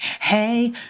hey